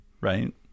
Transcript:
Right